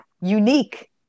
unique